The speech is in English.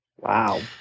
Wow